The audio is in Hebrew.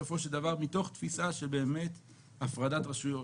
בסופו של דבר מתוך תפיסה של הפרדת רשויות